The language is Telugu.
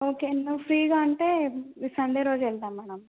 ఓకే నువ్వు ఫ్రీగా ఉంటే ఈ సండే రోజు వెళ్దాం మనం